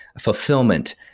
fulfillment